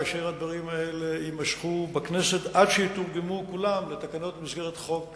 והדברים האלה יימשכו בכנסת עד שיתורגמו כולם לתקנות במסגרת חוק